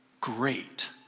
great